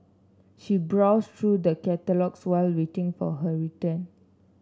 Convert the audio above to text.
she browsed through the catalogues while waiting for her return